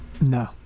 No